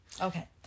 Okay